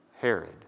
Herod